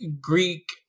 Greek